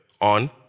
on